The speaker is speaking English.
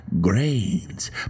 grains